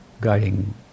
guiding